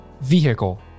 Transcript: vehicle